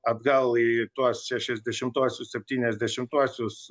atgal į tuos šešiasdešimtuosius septyniasdešimtuosius